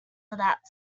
without